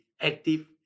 active